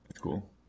Cool